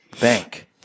bank